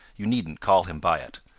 you needn't call him by it.